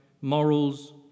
morals